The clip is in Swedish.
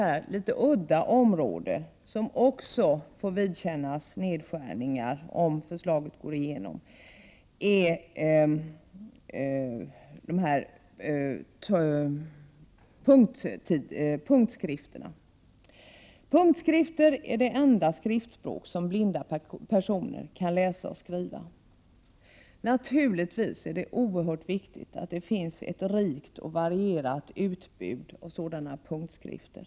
Ett annat litet udda område som får vidkännas nedskärningar, om utskottsmajoritetens förslag går igenom, gäller punkttidskrifterna. Punktskrifter är avfattade på det enda språk som blinda personer kan läsa och skriva. Naturligtvis är det oerhört viktigt att det finns ett rikt och varierat utbud av sådana punktskrifter.